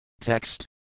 Text